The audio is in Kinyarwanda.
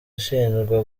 ashinjwa